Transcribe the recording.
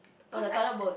cause I